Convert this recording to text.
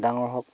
ডাঙৰ হওক